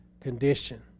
condition